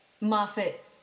Moffat